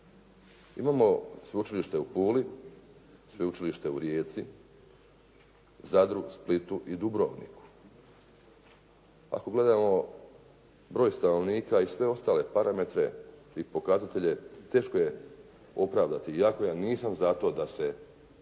Imamo Sveučilište u Puli, Sveučilište u Rijeci, Zadru, Splitu i Dubrovniku. Ako gledamo broj stanovnika i sve ostale parametre i pokazatelje, teško je opravdati, iako ja nisam za to da se bilo